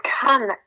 come